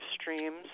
streams